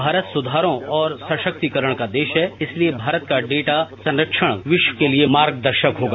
भारत सुधारों और सशक्तिकरण का देश है इसलिए भारत का डेटा संरक्षण विश्व के लिए मार्गदर्शक होगा